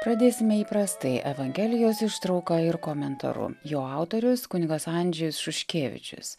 pradėsime įprastai evangelijos ištrauka ir komentaru jo autorius kunigas andžejus šuškevičius